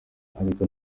ariko